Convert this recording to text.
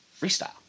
freestyle